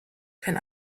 kann